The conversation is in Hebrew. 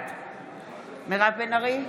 בעד מירב בן ארי,